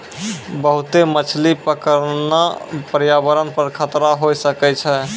बहुते मछली पकड़ना प्रयावरण पर खतरा होय सकै छै